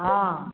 हँ